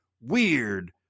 weird